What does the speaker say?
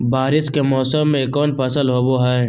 बारिस के मौसम में कौन फसल होबो हाय?